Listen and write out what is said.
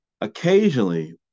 Occasionally